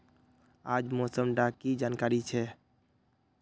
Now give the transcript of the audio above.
आज मौसम डा की जानकारी छै?